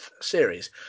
series